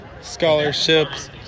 scholarships